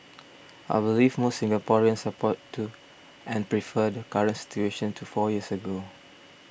I believe most Singaporeans support to and prefer the current situation to four years ago